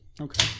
Okay